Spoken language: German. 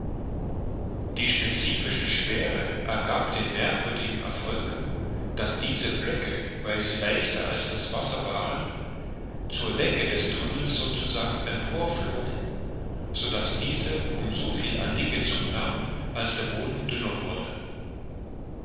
die specifische schwere ergab den merkwürdigen erfolg daß diese blöcke weil sie leichter als das wasser waren zur decke des tunnels so zu sagen empor flogen so daß diese um so viel an dicke zunahm als der boden dünner wurde